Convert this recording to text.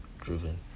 Driven